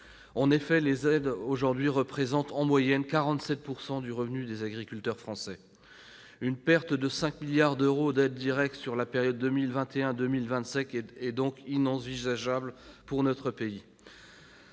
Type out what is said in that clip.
En effet, les aides représentent aujourd'hui en moyenne 47 % du revenu des agriculteurs français. Une perte de 5 milliards d'euros d'aides directes au cours de la période 2021-2027 est donc inenvisageable pour notre pays.